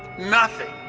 nothing,